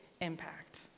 impact